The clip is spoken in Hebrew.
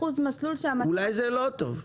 אולי זה לא טוב,